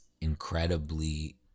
incredibly